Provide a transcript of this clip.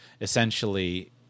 essentially